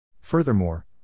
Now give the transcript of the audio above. Furthermore